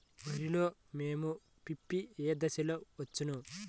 వరిలో మోము పిప్పి ఏ దశలో వచ్చును?